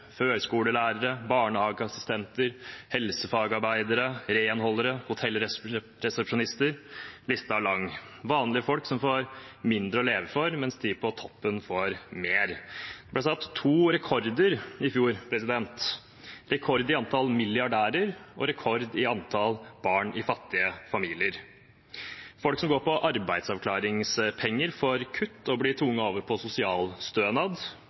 førskolelærere, barnehageassistenter, helsefagarbeidere, renholdere og hotellresepsjonister. Listen er lang. Vanlige folk får mindre å leve for, mens de på toppen får mer. Det ble satt to rekorder i fjor: rekord i antall milliardærer og rekord i antall barn i fattige familier. Folk som går på arbeidsavklaringspenger, får kutt og blir tvunget over på sosialstønad,